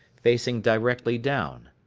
facing directly down.